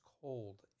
cold